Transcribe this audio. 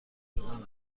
شدن